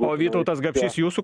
o vytautas gabšys jūsų